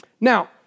Now